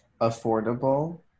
Affordable